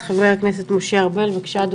חבר הכנסת משה ארבל, בבקשה.